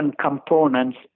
components